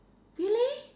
really